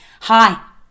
hi